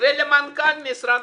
יסגרו.